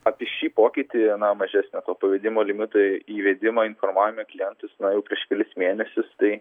apie šį pokytį na mažesnio to pavedimo limito įvedimo informuojame klientus vaj jau prieš kelis mėnesius tai